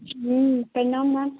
हम प्रणाम माँ